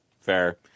fair